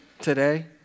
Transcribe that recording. today